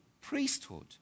priesthood